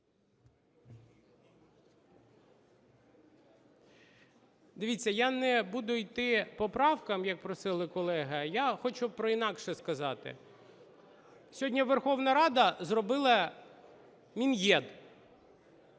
Дивіться, я не буду йти по правках, як просили колеги, а я хочу про інакше сказати. Сьогодні Верховна Рада зробила Мін'єд…